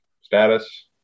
status